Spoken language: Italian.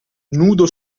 nudo